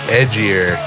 edgier